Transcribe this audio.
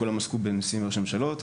כולן עסקו בנשיאים וראשי ממשלות,